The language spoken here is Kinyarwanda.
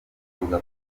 avuga